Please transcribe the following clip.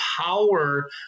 power